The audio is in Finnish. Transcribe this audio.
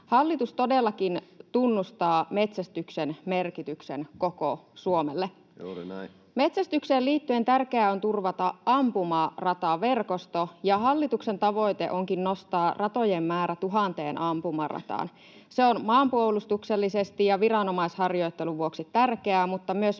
Hallitus todellakin tunnustaa metsästyksen merkityksen koko Suomelle. Metsästykseen liittyen tärkeää on turvata ampumarataverkosto, ja hallituksen tavoite onkin nostaa ratojen määrä tuhanteen ampumarataan. Se on tärkeää maanpuolustuksellisesti ja viranomaisharjoittelun mutta myös